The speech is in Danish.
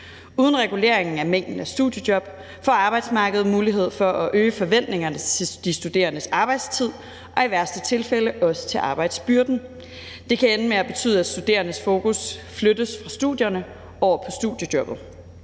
Uden regulering af mængden af studiejob får arbejdsmarkedet mulighed for at øge forventningerne til de studerendes arbejdstid og i værste tilfælde også til arbejdsbyrden. Det kan ende med, at de studerendes fokus flyttes fra studierne over på studiejobbet.